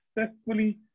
successfully